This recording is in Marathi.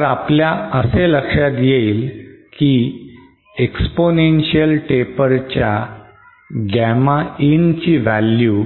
तर आपल्या असे लक्षात येईल की एक्सपोनेन्शिअल taper च्या Gamma in ची व्हॅल्यू